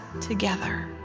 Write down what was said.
together